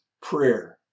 prayer